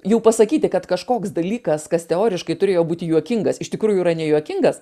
jau pasakyti kad kažkoks dalykas kas teoriškai turėjo būti juokingas iš tikrųjų yra nejuokingas